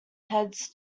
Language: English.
heads